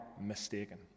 mistaken